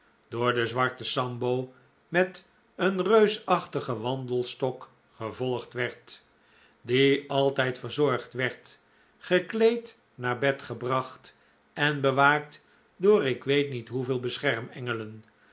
door den zwarten sambo met een reusachtigen wandelstok gevolgd werd die altijd verzorgd werd gekleed naar bed gebracht en bewaakt door ik weet niet hoeveel